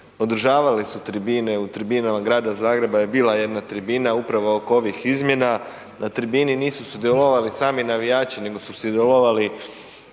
Održavali su tribine, u tribinama grada Zagreba je bila jedna tribina upravo oko ovih izmjena. Na tribini nisu sudjelovali sami navijači nego su sudjelovali